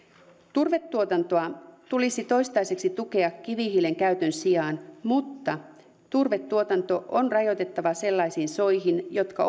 turvetuotantoa tulisi toistaiseksi tukea kivihiilen käytön sijaan mutta turvetuotanto on rajoitettava sellaisiin soihin jotka